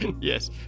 Yes